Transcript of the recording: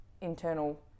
internal